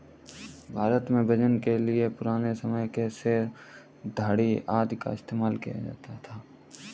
भारत में वजन के लिए पुराने समय के सेर, धडी़ आदि का इस्तेमाल किया जाता था